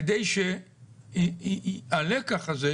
כדאי שהלקח הזה,